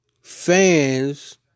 fans